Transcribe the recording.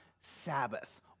Sabbath